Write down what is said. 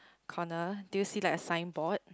corner do you see like a signboard